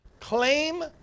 claim